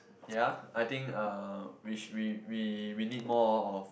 ya I think uh which we we we we need more of